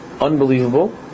unbelievable